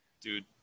Dude